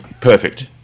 Perfect